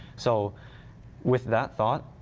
so with that, thought,